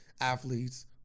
athletes